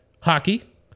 hockey